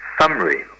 summary